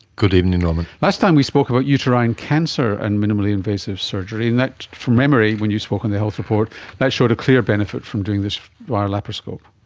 good evening norman. last time we spoke about uterine cancer and minimally invasive surgery and, from memory, when you spoke on the health report that showed a clear benefit from doing this via laparoscope.